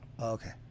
Okay